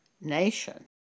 nation